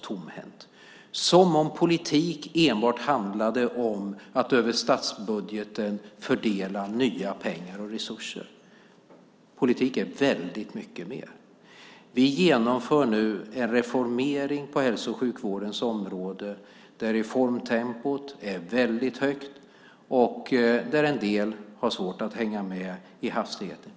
Det är som om politik enbart handlade om att över statsbudgeten fördela nya pengar och resurser. Politik är mycket mer. Vi genomför en reformering på hälso och sjukvårdens område där reformtempot är högt. En del har svårt att hänga med i hastigheten.